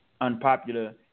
unpopular